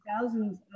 thousands